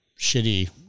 shitty